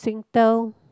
Singtel